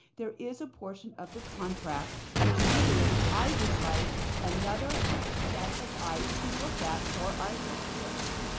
there is a portion of the contract, which legally, i would like another set of eyes to look at for our taxpayers.